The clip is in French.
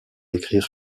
écrire